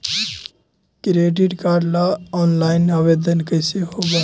Credit card ल online आवेदन कैसे होब है?